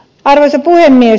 arvoisa puhemies